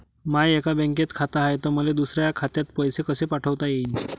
माय एका बँकेत खात हाय, त मले दुसऱ्या खात्यात पैसे कसे पाठवता येईन?